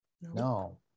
no